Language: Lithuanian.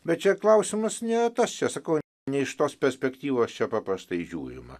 bet čia klausimas ne tas čia sakau ne iš tos perspektyvos čia paprastai žiūrima